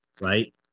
right